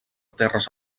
terres